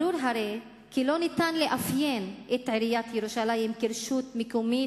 ברור הרי שלא ניתן לאפיין את עיריית ירושלים כרשות מקומית